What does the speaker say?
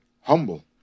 humble